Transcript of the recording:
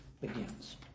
begins